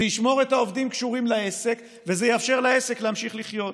זה ישמור את העובדים קשורים לעסק וזה יאפשר לעסק להמשיך לחיות.